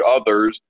others